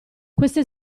queste